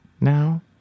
now